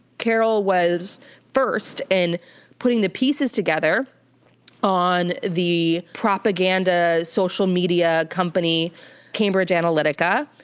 carole was first in putting the pieces together on the propaganda social media company cambridge analytica,